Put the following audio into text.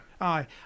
Aye